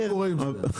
מה קורה עם זה?